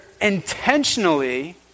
intentionally